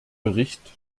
bericht